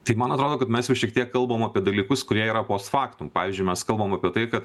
tai man atrodo kad mes jau šiek tiek kalbam apie dalykus kurie yra post faktum pavyzdžiui mes kalbam apie tai kad